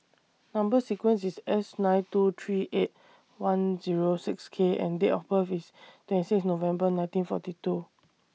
Number sequence IS S nine two three eight one Zero six K and Date of birth IS twenty six November nineteen forty two